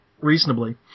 reasonably